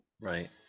right